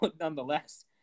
nonetheless